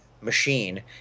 machine